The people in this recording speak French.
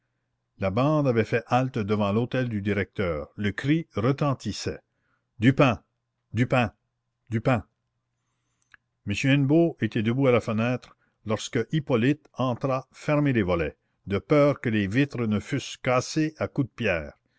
la bande avait fait halte devant l'hôtel du directeur le cri retentissait du pain du pain du pain m hennebeau était debout à la fenêtre lorsque hippolyte entra fermer les volets de peur que les vitres ne fussent cassées à coups de pierres